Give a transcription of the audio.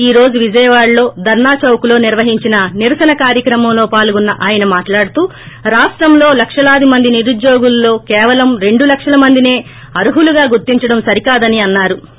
ఈ రోజు విజయవాడలో ధర్సా చౌక్ లో నిర్వహించిన నిరసన కార్యక్రమంలో పాల్గొన్న అయన మాట్లాడుతూ రాష్టం లో లక్షలాది మంది నిరుద్యోగులులో కేవలం రెండు లక్షల మందిసే అర్హులుగా గుర్తించేడం సరికాదని అన్నా రు